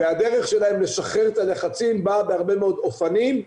והדרך שלהם לשחרר את הלחצים באה בהרבה מאוד אופנים,